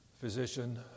physician